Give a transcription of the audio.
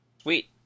Sweet